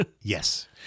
Yes